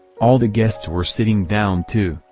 all the guests were sitting down too,